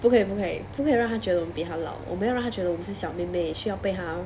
不可以不可以不可以让他觉得我比他老我们要让他觉得我们是小妹妹需要被他